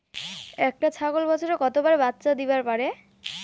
একটা ছাগল বছরে কতবার বাচ্চা দিবার পারে?